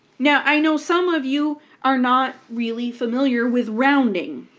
now i know some of you are not really familiar with rounding.